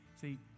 See